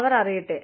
അവർ അറിയട്ടെ